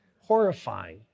horrifying